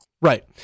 Right